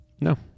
No